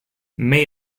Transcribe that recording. may